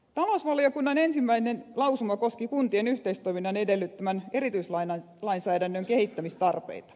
talousvaliokunnan ensimmäinen lausuma koski kuntien yhteistoiminnan edellyttämän erityislainsäädännön kehittämistarpeita